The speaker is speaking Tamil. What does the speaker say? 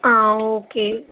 ஆ ஓகே